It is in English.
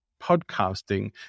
podcasting